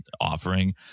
offering